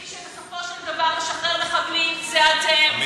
מי שבסופו של דבר משחרר מחבלים זה אתם,